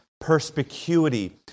perspicuity